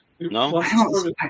No